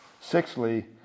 Sixthly